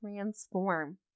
transform